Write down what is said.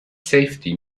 safety